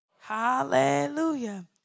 Hallelujah